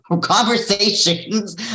conversations